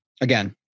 again